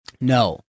No